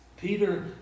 Peter